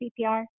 CPR